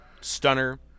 stunner